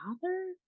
father